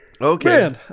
Okay